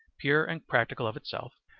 pure and practical of itself,